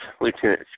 Lieutenant